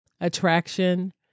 attraction